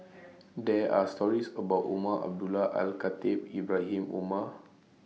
There Are stories about Umar Abdullah Al Khatib Ibrahim Omar